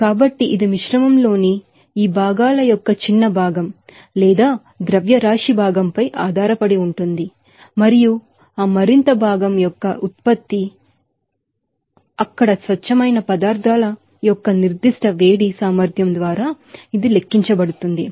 కాబట్టి ఇది మిశ్రమంలోని ఈ భాగాల యొక్క చిన్న భాగం లేదా మాస్ భాగంపై ఆధారపడి ఉంటుంది మరియు ఆ మరింత భాగం యొక్క ఉత్పత్తి మరియు అక్కడ స్వచ్ఛమైన పదార్థాల యొక్క స్పెసిఫిక్ హీట్ కెపాసిటీ ద్వారా ఇది లెక్కించబడుతుంది